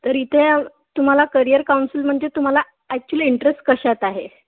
तर इथे तुम्हाला करिअर काउन्सिल म्हणजे तुम्हाला ॲक्च्युली इंटरेस्ट कशात आहे